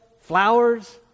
flowers